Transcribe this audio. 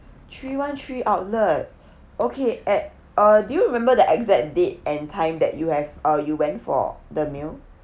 three one three outlet okay at uh do you remember the exact date and time that you have uh you went for the meal